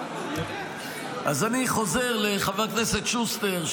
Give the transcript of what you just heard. אז אני חוזר לחבר הכנסת שוסטר,